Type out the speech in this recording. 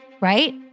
right